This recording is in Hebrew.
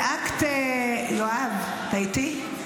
כאקט יואב, אתה איתי?